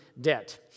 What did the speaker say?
debt